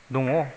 दङ